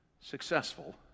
successful